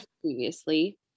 previously